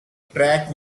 track